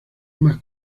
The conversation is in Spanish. más